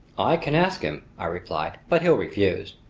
i can ask him, i replied, but he'll refuse.